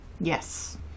Yes